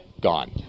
gone